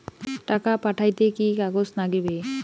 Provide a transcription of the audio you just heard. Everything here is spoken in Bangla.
টাকা পাঠাইতে কি কাগজ নাগীবে?